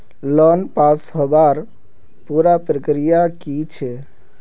Loan pass होबार पुरा प्रक्रिया की छे?